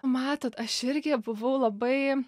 matot aš irgi buvau labai